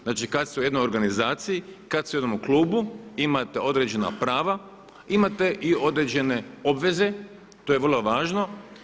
Znači, kad ste u jednoj organizaciji, kad ste u jednome klubu imate određena prava, imate i određene obveze to je vrlo važno.